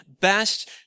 best